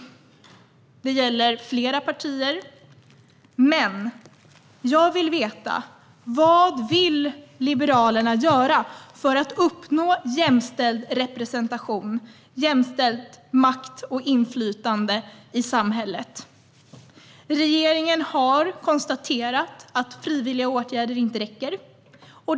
Det gäller flera partier, men jag vill veta vad Liberalerna vill göra för att uppnå jämställd representation, jämställd makt och jämställt inflytande i samhället. Regeringen har konstaterat att frivilliga åtgärder inte räcker.